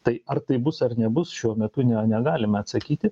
tai ar tai bus ar nebus šiuo metu ne negalime atsakyti